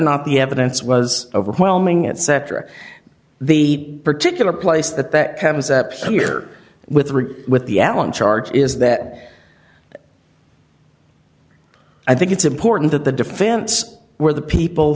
not the evidence was overwhelming etc the particular place that that comes up here with rick with the allen charge is that i think it's important that the defense were the people